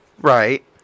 Right